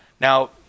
Now